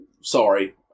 sorry